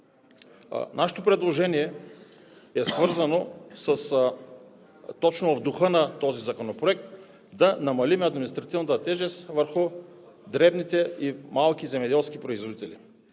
Нашето предложение е свързано точно с духа на този законопроект – да намалим административната тежест върху дребните и малки земеделски производители.